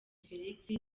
felix